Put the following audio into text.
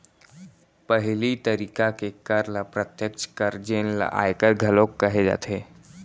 पहिली तरिका के कर ल प्रत्यक्छ कर जेन ल आयकर घलोक कहे जाथे